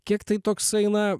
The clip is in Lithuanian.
kiek tai toksai na